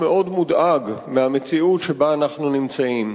מאוד מודאג מהמציאות שבה אנחנו נמצאים.